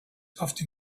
often